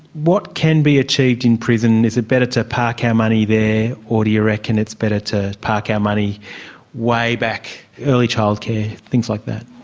what can be achieved in prison? is it better to park our money there or do you reckon it's better to park our money way back early childcare, things like that?